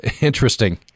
Interesting